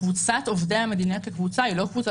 קבוצת עובדי המדינה כקבוצה היא לא קבוצה